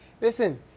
Listen